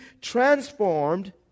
transformed